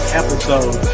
episode